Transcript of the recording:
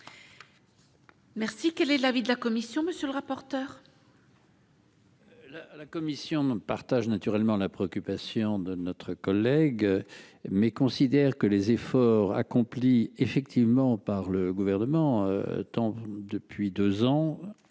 Merci, quel est l'avis de la commission, monsieur le rapporteur. La à la Commission ne partagent naturellement la préoccupation de notre collègue, mais considère que les efforts accomplis effectivement par le gouvernement tant depuis 2 ans,